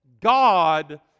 God